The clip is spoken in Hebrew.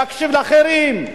להקשיב לאחרים,